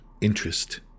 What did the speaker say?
interest